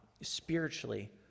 spiritually